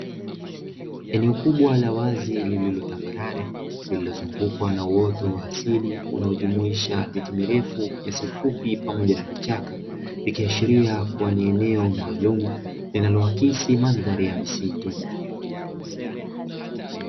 Eneo kubwa la wazi lililotambalale, lililozungukwa na uoto wa asili unaojumuisha miti mirefu, nyasi fupi pamoja na vichaka likiashiria kuwa ni eneo maalumu linaloakisi mandhari ya misitu.